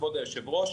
כבוד היושב-ראש,